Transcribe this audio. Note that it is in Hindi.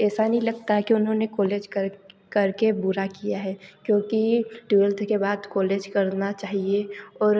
ऐसा नहीं लगता है कि उन्होंने कॉलेज कर कर के बुरा किया है क्योंकि ट्वेल्थ के बाद कॉलेज करना चाहिए और